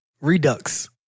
redux